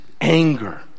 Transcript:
anger